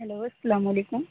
hello السّلام علیکم